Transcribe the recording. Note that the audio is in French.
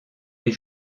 les